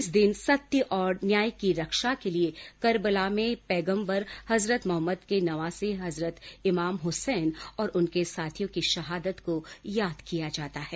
इस दिन सत्य और न्याय की रक्षा के लिए करबला में पैगम्बर हजरत मोहम्मद के नवासे हजरत इमाम हुसैन और उनके साथियों की शहादत को याद किया जाता है